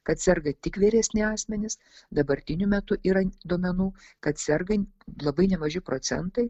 kad serga tik vyresni asmenys dabartiniu metu yra duomenų kad serga labai nemaži procentai